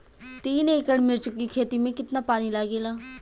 तीन एकड़ मिर्च की खेती में कितना पानी लागेला?